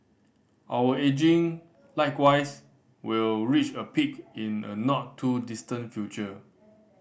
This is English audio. our ageing likewise will reach a peak in a not too distant future